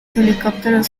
helicópteros